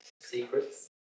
Secrets